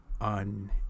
On